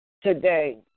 today